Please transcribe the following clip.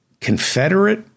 Confederate